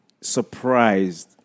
surprised